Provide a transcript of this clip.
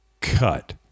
cut